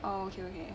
oh okay okay